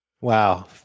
Wow